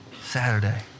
Saturday